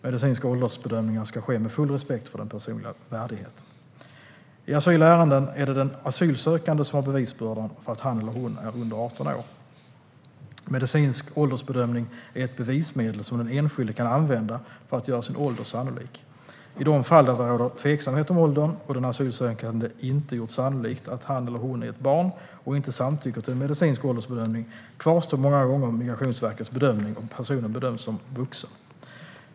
Medicinska åldersbedömningar ska ske med full respekt för den personliga värdigheten. I asylärenden är det den asylsökande som har bevisbördan för att han eller hon är under 18 år. Medicinsk åldersbedömning är ett bevismedel som den enskilde kan använda för att göra sin ålder sannolik. I de fall där det råder tveksamhet om åldern och den asylsökande inte gjort sannolikt att han eller hon är ett barn och inte samtycker till medicinsk åldersbedömning kvarstår många gånger Migrationsverkets bedömning och personen bedöms som vuxen.